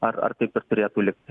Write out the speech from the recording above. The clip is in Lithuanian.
ar ar taip ir turėtų likti